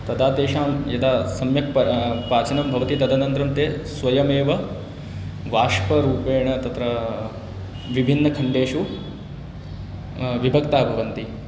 तदा तेषां यदा सम्यक् पा पाचनं भवति तदनन्तरं ते स्वयमेव बाष्परूपेण तत्र विभिन्नखण्डेषु विभक्ताः भवन्ति